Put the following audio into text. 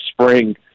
spring